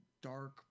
dark